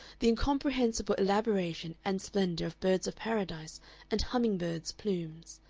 the incomprehensible elaboration and splendor of birds of paradise and humming-birds' plumes,